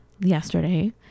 yesterday